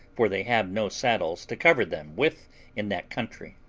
for they have no saddles to cover them with in that country.